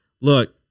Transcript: Look